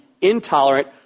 intolerant